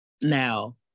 Now